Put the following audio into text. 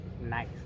Nice